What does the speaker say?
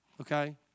okay